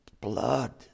blood